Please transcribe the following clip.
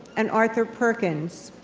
and arthur perkins.